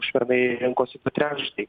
užpernai rinkosi du trečdaliai